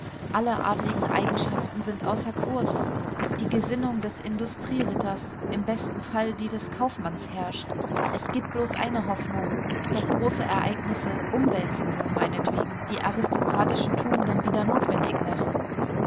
alle adligen eigenschaften sind außer kurs die gesinnung des industrieritters im besten fall die des kaufmanns herrscht es gibt bloß eine hoffnung daß große ereignisse umwälzende meinetwegen die aristokratischen tugenden wieder notwendig machen